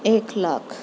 ایک لاکھ